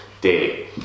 day